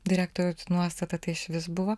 direktoriaus nuostata tai išvis buvo